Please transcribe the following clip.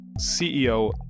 CEO